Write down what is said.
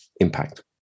impact